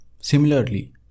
similarly